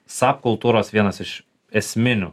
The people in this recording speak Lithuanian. sap kultūros vienas iš esminių